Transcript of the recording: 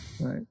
right